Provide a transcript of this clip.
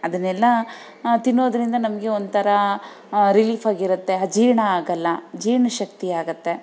ಅದನ್ನೆಲ್ಲ ತಿನ್ನೋದ್ರಿಂದ ನಮಗೆ ಒಂಥರ ರಿಲೀಫಾಗಿರತ್ತೆ ಅಜೀರ್ಣ ಆಗಲ್ಲ ಜೀರ್ಣಶಕ್ತಿ ಆಗತ್ತೆ